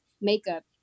makeup